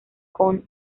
con